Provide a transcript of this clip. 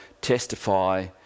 testify